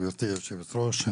גברתי היושבת-ראש.